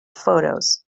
photos